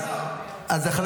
אז תשאל מהצד.